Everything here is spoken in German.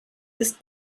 ist